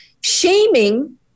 Shaming